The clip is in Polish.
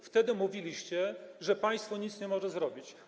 Wtedy mówiliście, że państwo nic nie może zrobić.